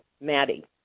Maddie